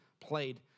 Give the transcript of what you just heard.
played